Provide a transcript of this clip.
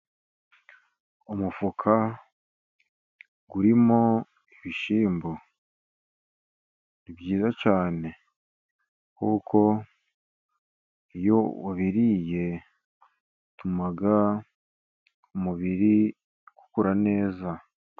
Umufuka urimo ibishyimbo ni bbyiza cyane, kuko iyo wabiriye bituma umubiri ukura neza.